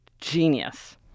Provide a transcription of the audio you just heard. genius